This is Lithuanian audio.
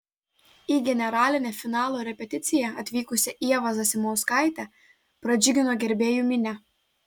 į generalinę finalo repeticiją atvykusią ievą zasimauskaitę pradžiugino gerbėjų minia